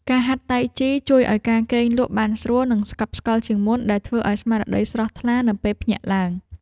ការហាត់តៃជីជួយឱ្យការគេងលក់បានស្រួល និងស្កប់ស្កល់ជាងមុន ដែលធ្វើឱ្យស្មារតីស្រស់ថ្លានៅពេលភ្ញាក់ឡើង។